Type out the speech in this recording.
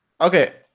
Okay